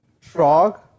frog